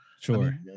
Sure